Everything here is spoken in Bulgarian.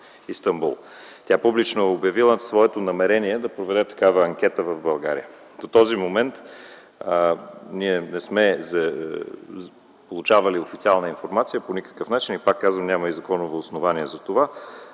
Тя публично е обявила своето намерение да проведе такава анкета в България. До този момент ние не сме получавали официална информация по никакъв начин. Пак казвам, няма и законово основание за това